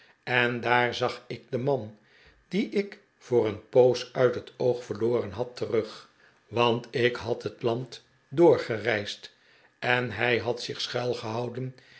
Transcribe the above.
en daar zag ik den man dien ik voor een poos uit het oog yerloren had terug want ik had het land doorgereisd en hij had zich schuilgehouden